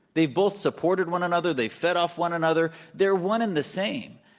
they both supported one another. they fed off one another. they're one and the same.